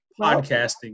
Podcasting